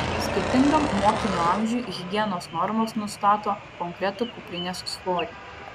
skirtingam mokinio amžiui higienos normos nustato konkretų kuprinės svorį